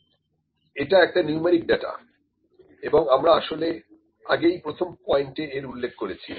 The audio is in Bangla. এটাকোয়ান্টিটেটিভ একটা নিউমেরিক ডাটা এবং আমরা আসলে আগেই প্রথম পয়েন্টে এটা উল্লেখ করেছি